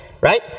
right